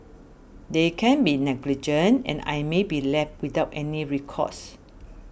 they can be negligent and I may be left without any recourse